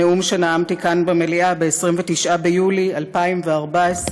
נאום שנאמתי כאן במליאה ב-29 ביולי 2014,